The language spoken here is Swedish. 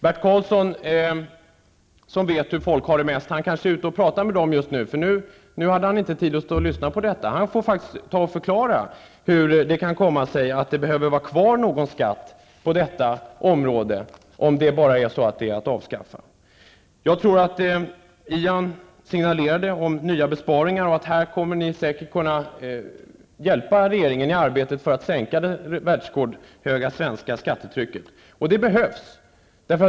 Bert Karlsson, som vet hur vanliga människor har det, är kanske nu ute och pratar med dem, eftersom han inte har tid att lyssna på den här debatten. Han får faktiskt förklara hur det kan komma sig att det behöver vara kvar någon skatt på detta område, om den utan vidare kan avskaffas. Ian Wachtmeister signalerade nya besparingar, och här kommer Ny Demokrati säkert att kunna hjälpa regeringen i arbetet med att sänka det världsrekordhöga svenska skattetrycket. Det behövs.